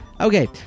Okay